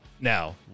Now